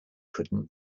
couldn’t